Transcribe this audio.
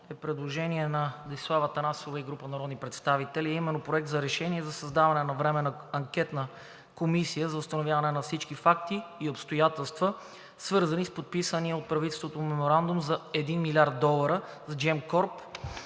е предложение на Десислава Атанасова и група народни представители, а именно Проект за решение за създаване на Временна анкетна комисия за установяване на всички факти и обстоятелства, свързани с подписания от правителството Меморандум за 1 милиард долара с Gemcorp